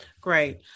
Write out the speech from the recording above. great